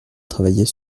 travailler